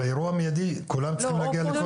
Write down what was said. באירוע מידי כולם יכולים להגיע לכל מקום.